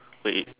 wait